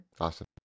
awesome